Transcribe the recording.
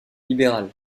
libéral